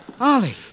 Ollie